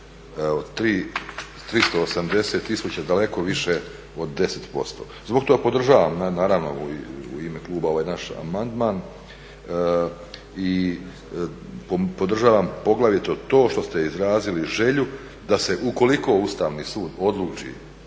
380 000 daleko više od 10%. Zbog toga podržavam naravno u ime kluba ovaj naš amandman i podržavam poglavito to što ste izrazili želju da se ukoliko Ustavni sud odluči